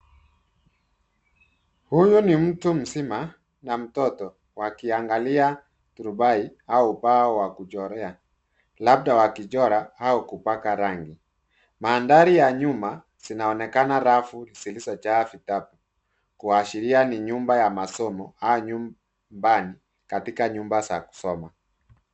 Huyu ni mtu mzima na mtoto wakiangalia turubai au bao wa kuchorea labda wakichora au kupaka rangi, mandhari ya nyuma zinaonekana rafu zilizojaa vitabu kuashiria ni nyumba ya masomo au nyumbani katika nyumba za kusoma.